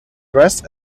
dress